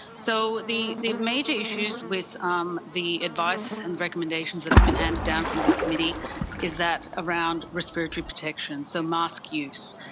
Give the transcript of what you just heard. so the the major issues with um the advice and recommendations that have been handed down from this committee is that around respiratory protection, so mask use.